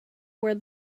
where